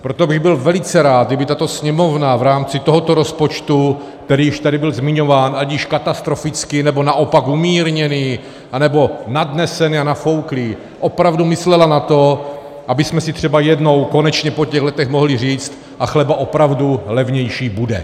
Proto bych byl velice rád, kdyby tato Sněmovna v rámci tohoto rozpočtu, který již tady byl zmiňován ať již katastrofický, nebo naopak umírněný, anebo nadnesený, nebo nafouklý, opravdu myslela na to, abychom si třeba jednou konečně po těch letech mohli říct: a chleba opravdu levnější bude.